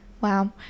wow